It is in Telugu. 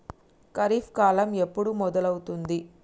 ఖరీఫ్ కాలం ఎప్పుడు మొదలవుతుంది?